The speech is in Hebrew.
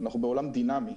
עולם דינמי,